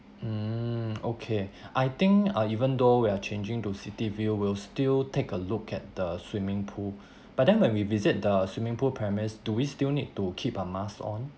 mm okay I think uh even though we are changing to city view we'll still take a look at the swimming pool but then when we visit the swimming pool premise do we still need to keep a mask on